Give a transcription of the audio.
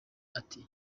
ati